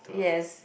yes